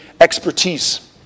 expertise